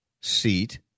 seat